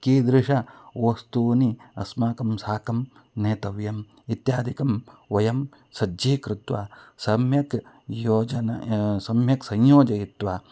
कीदृशवस्तूनि अस्माकं साकं नेतव्यम् इत्यादिकं वयं सज्जीकृत्वा सम्यक् योजनं सम्यक् संयोजयित्वा